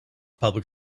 public